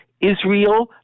Israel